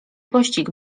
pościg